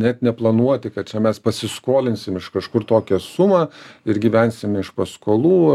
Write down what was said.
net neplanuoti kad čia mes pasiskolinsim iš kažkur tokią sumą ir gyvensim iš paskolų